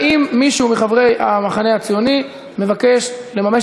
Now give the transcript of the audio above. האם מישהו מחברי המחנה הציוני מבקש לממש